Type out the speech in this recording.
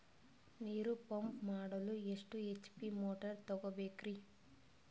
ನೀರು ಪಂಪ್ ಮಾಡಲು ಎಷ್ಟು ಎಚ್.ಪಿ ಮೋಟಾರ್ ತಗೊಬೇಕ್ರಿ?